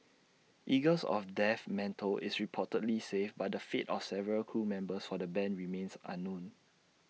eagles of death metal is reportedly safe but the fate of several crew members for the Band remains unknown